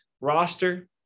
roster